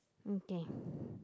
okay